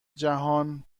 جهان